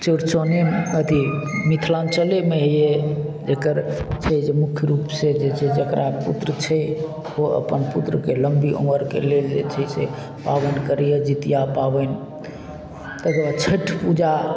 चौरचने अथी मिथिलाञ्चलेमे हइए एकर छै जे मुख्य रूपसँ जे छै जकरा पुत्र छै ओ अपन पुत्रके लम्बी उमरके लेल जे छै से पाबनि करइए जितिया पाबनि तकर बाद छठि पूजा